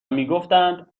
میگفتند